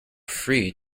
free